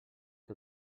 que